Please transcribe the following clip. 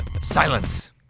Silence